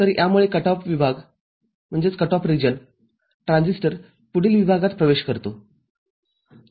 तरयामुळे cut off विभाग ट्रान्झिस्टरपुढील विभागात प्रवेश करतो